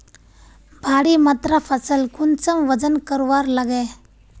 भारी मात्रा फसल कुंसम वजन करवार लगे?